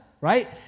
right